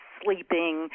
sleeping